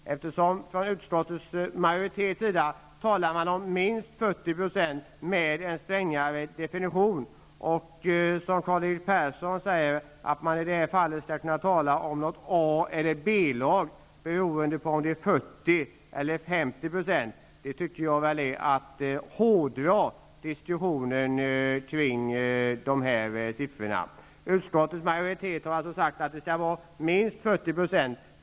Från utskottsmajoritetens sida talas det om ''minst Persson säger att man i det här fallet kan tala om ett A och ett B-lag beroende på om det är 40 eller 50 %-- det tycker jag är att hårdra diskussionen kring de här siffrorna. Utskottsmajoriteten har alltså sagt att det skall vara minst 40 %.